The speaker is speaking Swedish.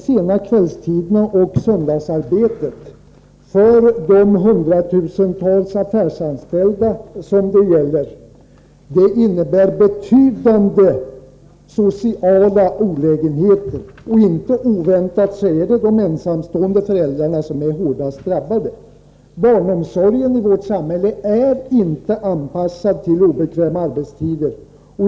Sena kvällstider och söndagsöppet innebär för de hundratusentals affärsanställda som det gäller betydande sociala olägenheter. Inte oväntat är det de ensamstående föräldrarna som är hårdast drabbade. Barnomsorgen i vårt samhälle är inte anpassad till obekväma arbetstider.